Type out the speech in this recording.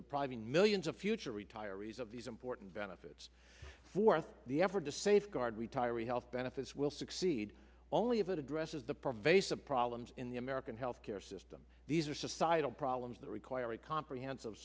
depriving millions of future retirees of these important benefits for the the effort to save guard retiree health benefits will succeed only of addresses the pervasive problems in the american health care system these are societal problems that require a comprehensive